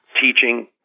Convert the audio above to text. teaching